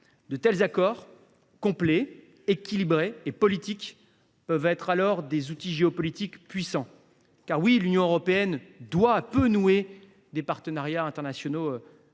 De tels accords, complets, équilibrés et politiques peuvent alors être des outils géopolitiques puissants. Oui, l’Union européenne doit nouer des partenariats internationaux